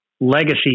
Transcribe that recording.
legacy